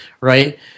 right